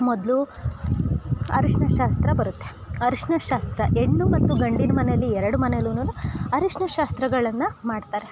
ಮೊದಲು ಅರ್ಶಿಣ ಶಾಸ್ತ್ರ ಬರುತ್ತೆ ಅರ್ಶಿಣ ಶಾಸ್ತ್ರ ಹೆಣ್ಣು ಮತ್ತು ಗಂಡಿನ ಮನೆಯಲ್ಲಿ ಎರಡು ಮನೆಲ್ಲಿನು ಅರ್ಶಿಣ ಶಾಸ್ತ್ರಗಳನ್ನು ಮಾಡ್ತಾರೆ